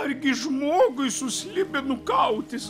argi žmogui su slibinu kautis